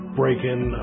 breaking